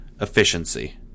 efficiency